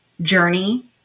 journey